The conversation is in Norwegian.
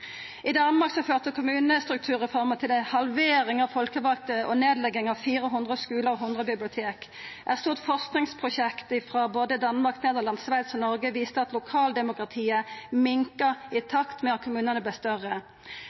I Danmark førte kommunestrukturreforma til ei halvering av folkevalde og nedlegging av 400 skular og 100 bibliotek. Eit stort forskingsprosjekt frå både Danmark, Nederland, Sveits og Noreg viste at lokaldemokratiet minka i takt med at kommunane vart større.